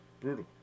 brutal